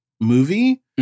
movie